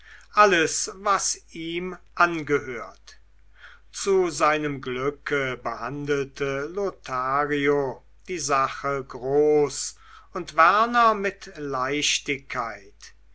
alles was ihm angehört zu seinem glücke behandelte lothario die sache groß und werner mit leichtigkeit